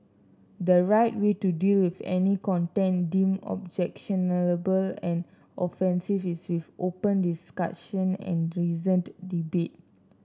the right way to deal with any content deemed objectionable and offensive is with open discussion and reasoned debate